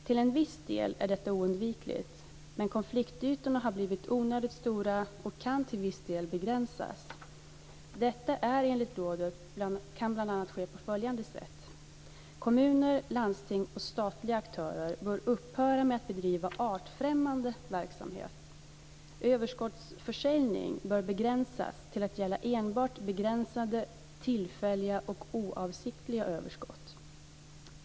Till en viss del är detta oundvikligt, men konfliktytorna har blivit onödigt stora och kan till viss del begränsas. Detta kan enligt rådet bl.a. ske på följande sätt. Kommuner, landsting och statliga aktörer bör upphöra med att bedriva artfrämmande verksamhet. Överskottsförsäljning bör begränsas till att gälla enbart begränsade, tillfälliga och oavsiktliga överskott.